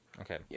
okay